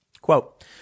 Quote